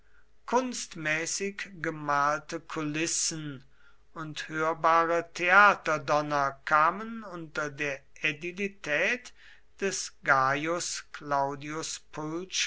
kunstmäßig gemalte kulissen und hörbare theaterdonner kamen unter der ädilität des gaius claudius